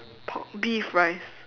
pork beef rice